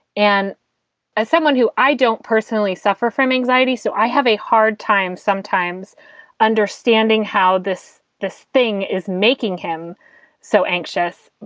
and as someone who i don't personally suffer from anxiety, so i have a hard time sometimes understanding how this this thing is making him so anxious.